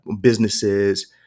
businesses